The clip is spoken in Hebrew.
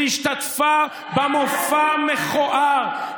שהשתתפה במופע המכוער,